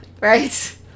Right